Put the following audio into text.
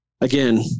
again